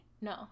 no